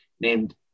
named